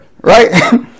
right